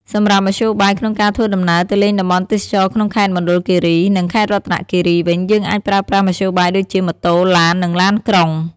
សម្រាប់មធ្យោបាយក្នុងការធ្វើដំណើរទៅលេងតំបន់ទេសចរក្នុងខេត្តមណ្ឌលគិរី និងខេត្តរតនគិរីវិញ យើងអាចប្រើប្រាស់មធ្យោបាយដូចជា ម៉ូតូ ឡាន និងឡានក្រុង។